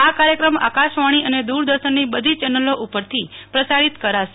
આ કાર્યક્રમ આકાશવાણી અને દુરદર્શનની બધી જ ચેનલો ઉપરથી પ્રસારિત કરાશે